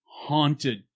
haunted